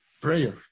prayer